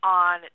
on